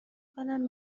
کنم